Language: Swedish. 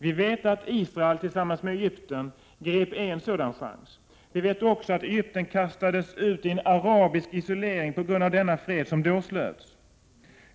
Vi vet att Israel tillsammans med Egypten grep en sådan chans. Vi vet också att Egypten kastades ut i en arabisk isolering på grund av den fred som slöts.